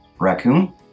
Raccoon